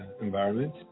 environment